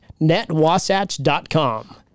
netwasatch.com